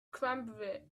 clumsily